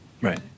right